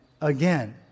again